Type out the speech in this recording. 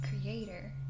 creator